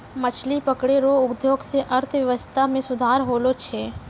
मछली पकड़ै रो उद्योग से अर्थव्यबस्था मे सुधार होलो छै